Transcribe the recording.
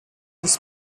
his